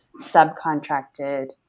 subcontracted